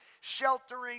sheltering